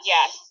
Yes